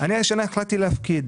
אני השנה החלטתי להפקיד,